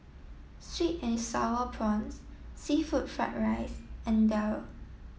sweet and sour prawns seafood fried rice and Daal